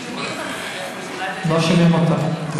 לא שומעים אותך.